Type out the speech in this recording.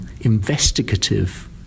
investigative